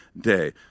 day